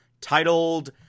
titled